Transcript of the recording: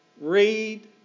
Read